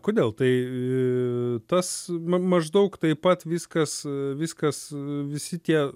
kodėl tai tas mm maždaug taip pat viskas viskas visi tie